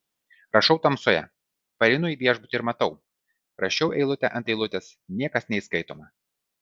rašau tamsoje pareinu į viešbutį ir matau rašiau eilutė ant eilutės niekas neįskaitoma